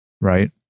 right